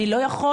אני לא יכול,